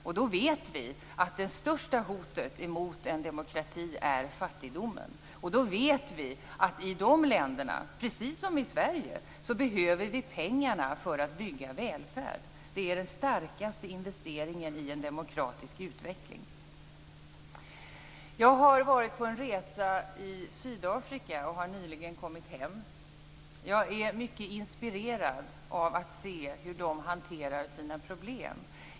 Vi vet ju att det största hotet mot en demokrati är fattigdomen, och vi vet att i de länderna, precis som i Sverige, behöver vi pengarna för att bygga välfärd. Det är den starkaste investeringen i en demokratisk utveckling. Jag har varit på en resa i Sydafrika och har nyligen kommit hem. Jag är mycket inspirerad av att se hur man där hanterar sina problem.